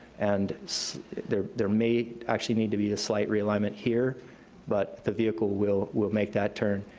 and there there may actually need to be a slight realignment here but the vehicle will will make that turn.